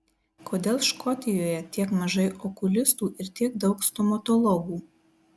kodėl škotijoje tiek mažai okulistų ir tiek daug stomatologų